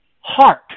heart